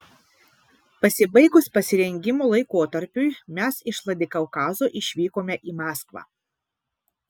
pasibaigus pasirengimo laikotarpiui mes iš vladikaukazo išvykome į maskvą